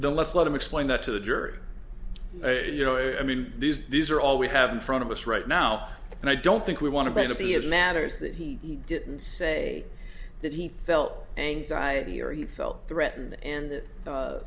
the let's let him explain that to the jury you know i mean these these are all we have in front of us right now and i don't think we want to but see it matters that he didn't say that he felt anxiety or he felt threatened and